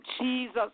Jesus